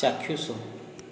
ଚାକ୍ଷୁସୁ